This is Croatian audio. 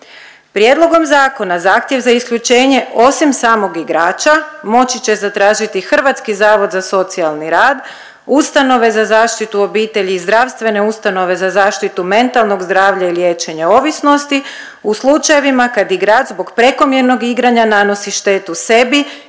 Prijedlogom zakona zahtjev za isključenje osim samog igrača moći će zatražiti Hrvatski zavod za socijalni rad, ustanove za zaštitu obitelji i zdravstvene ustanove za zaštitu mentalnog zdravlja i liječenje ovisnost u slučajevima kad igrač zbog prekomjernog igranja nanosi štetu sebi